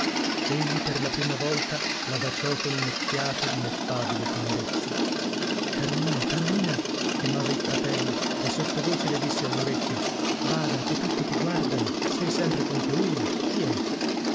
egli per la prima volta la baciò con unocchiata dineffabile tenerezza carolina carolina chiamava il fratello e sottovoce le disse allorecchio bada che tutti ti guardano sei sempre con colui chi è